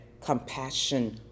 compassion